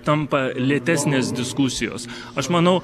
tampa lėtesnės diskusijos aš manau